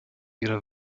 ihre